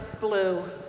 blue